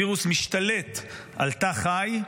וירוס משתלט על תא חי,